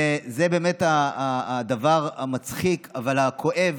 וזה באמת הדבר המצחיק אבל הכואב